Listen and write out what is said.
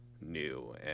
new